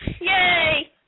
Yay